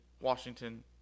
washington